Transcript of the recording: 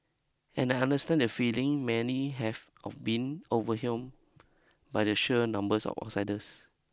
and I understand the feeling many have of being overwhelm by the sheer numbers of outsiders